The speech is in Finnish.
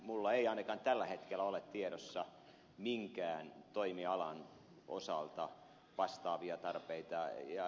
minulla ei ainakaan tällä hetkellä ole tiedossa minkään toimialan osalta vastaavia tarpeita